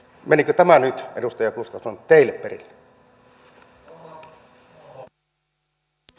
menikö tämä nyt edustaja gustafsson teille perille